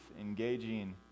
engaging